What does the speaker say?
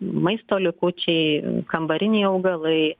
maisto likučiai kambariniai augalai